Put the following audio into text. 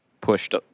pushed